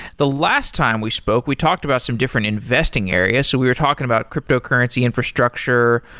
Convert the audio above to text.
the last time we spoke we talked about some different investing areas. so we are talking about cryptocurrency infrastructure,